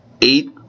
eight